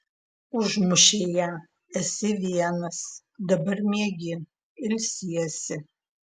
užmušei ją esi vienas dabar miegi ilsiesi